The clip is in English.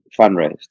fundraised